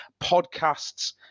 Podcasts